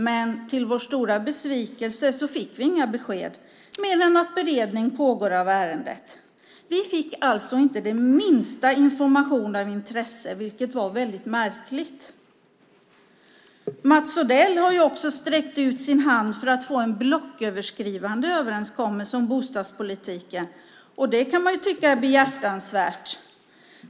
Men till vår stora besvikelse fick vi inga besked, mer än att beredning av ärendet pågår. Vi fick alltså inte det minsta information av intresse, vilket var väldigt märkligt. Mats Odell har också sträckt ut sin hand för att få en blocköverskridande överenskommelse om bostadspolitiken. Det kan man tycka är behjärtansvärt.